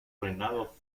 reinado